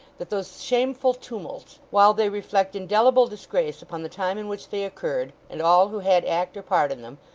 that those shameful tumults, while they reflect indelible disgrace upon the time in which they occurred, and all who had act or part in them,